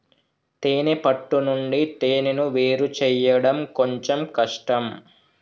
తేనే పట్టు నుండి తేనెను వేరుచేయడం కొంచెం కష్టం